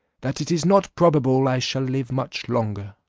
that it is not probable i shall live much longer.